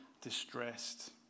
distressed